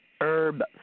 herb